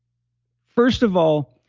first of all,